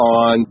on